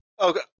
okay